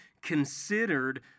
considered